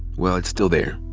well, it's still there.